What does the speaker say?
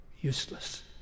useless